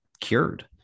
cured